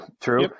True